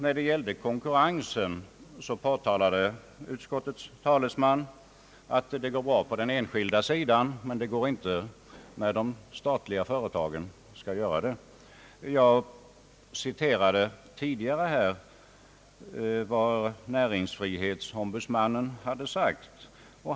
I fråga om konkurrensen ansåg utskottets talesman, att det går bra på den enskilda sidan men inte på den statliga. Jag citerade tidigare vad näringsfri hetsombudsmannen hade sagt.